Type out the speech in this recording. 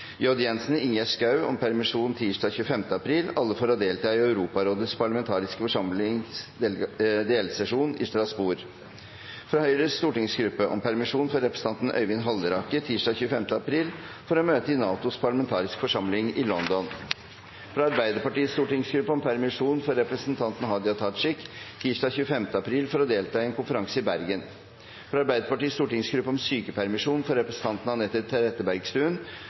J. Jenssen og Ingjerd Schou om permisjon tirsdag 25. april – alle for å delta i Europarådets parlamentariske forsamlings delsesjon i Strasbourg fra Høyres stortingsgruppe om permisjon for representanten Øyvind Halleraker tirsdag 25. april for å delta i møte i NATOs parlamentariske forsamling i London fra Arbeiderpartiets stortingsgruppe om permisjon for representanten Hadia Tajik tirsdag 25. april for å delta i en konferanse i Bergen fra Arbeiderpartiets stortingsgruppe om sykepermisjon for representanten Anette Trettebergstuen